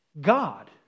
God